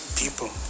people